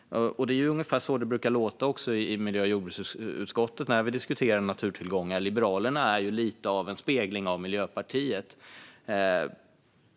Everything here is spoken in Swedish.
Så brukar det också låta i miljö och jordbruksutskottet när vi diskuterar naturtillgångar. Liberalerna är lite som en spegling av Miljöpartiet.